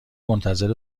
منتظر